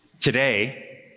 Today